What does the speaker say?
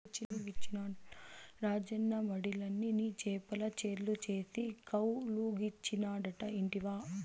రాజన్న మడిలన్ని నీ చేపల చెర్లు చేసి కౌలుకిచ్చినాడట ఇంటివా